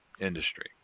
industry